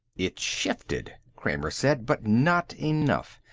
it shifted, kramer said. but not enough.